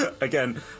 Again